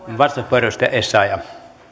arvoisa